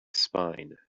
spine